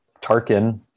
tarkin